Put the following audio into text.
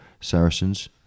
saracens